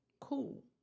Cool